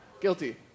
Guilty